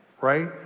right